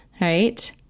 right